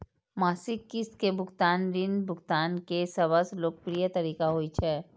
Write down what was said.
मासिक किस्त के भुगतान ऋण भुगतान के सबसं लोकप्रिय तरीका होइ छै